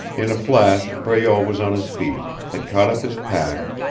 in a flash breault was on his feet, had caught up his pack,